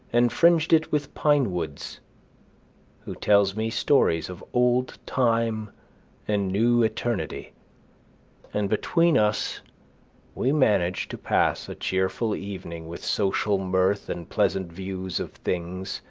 and fringed it with pine woods who tells me stories of old time and of new eternity and between us we manage to pass a cheerful evening with social mirth and pleasant views of things,